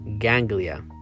Ganglia